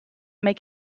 make